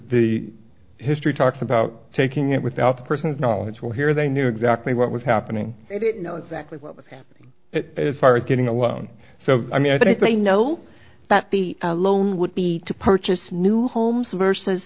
the history talks about taking it without the person's knowledge well here they knew exactly what was happening they didn't know exactly what was it as far as getting a loan so i mean i thought you know but be alone would be to purchase new homes versus